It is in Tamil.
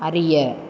அறிய